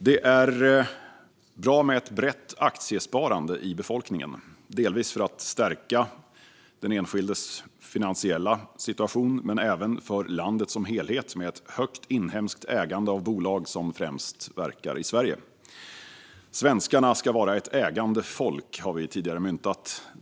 Det är bra med ett brett aktiesparande i befolkningen, delvis för att stärka den enskildes finansiella situation men även för landet som helhet med ett högt inhemskt ägande av bolag som främst verkar i Sverige. Svenskarna ska vara ett ägande folk, har vi tidigare myntat.